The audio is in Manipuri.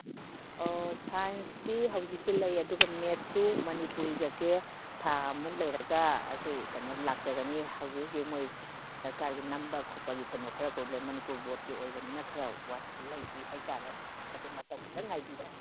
ꯑꯣ ꯁꯥꯏꯟꯁꯇꯤ ꯍꯧꯖꯤꯛꯁꯦ ꯂꯩ ꯑꯗꯨꯒ ꯃꯦꯠꯁꯇꯨ ꯃꯅꯤꯄꯨꯔꯤꯒꯁꯦ ꯊꯥꯃꯨꯛ ꯂꯩꯔꯒ ꯑꯩꯈꯣꯏ ꯀꯩꯅꯣ ꯂꯥꯛꯆꯒꯅꯤ ꯍꯧꯖꯤꯛ ꯍꯧꯖꯤꯛ ꯃꯣꯏ ꯁꯔꯀꯥꯔꯒꯤ ꯅꯝꯕ ꯈꯣꯠꯄꯒꯤ ꯀꯩꯅꯣ ꯈꯔ ꯄ꯭ꯔꯣꯕ꯭ꯂꯦꯝ ꯃꯅꯤꯄꯨꯔ ꯕꯣꯔꯠꯀꯤ ꯑꯣꯏꯕꯅꯤꯅ ꯈꯔ ꯂꯩꯇ꯭ꯔꯤ ꯍꯥꯏꯇꯥꯔꯦ ꯑꯗꯣ ꯃꯇꯝ ꯈꯤꯇꯪ ꯉꯥꯏꯕꯤꯔꯣ